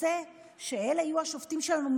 רוצה שאלה יהיו השופטים שלנו,